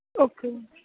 okay